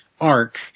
arc